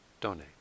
donate